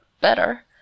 better